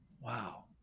Wow